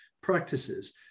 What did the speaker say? practices